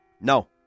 No